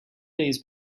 days